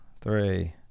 three